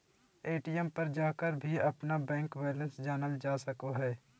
ATM पर जाकर भी अपन बैंक बैलेंस जानल जा सको हइ